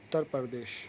Uttar Pradesh